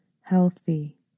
healthy